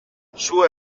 sue